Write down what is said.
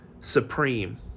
supreme